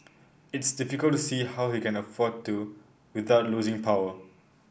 it's difficult to see how he can afford to without losing power